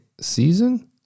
season